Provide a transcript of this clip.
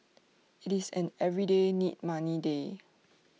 IT is an everyday need money day